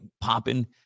Popping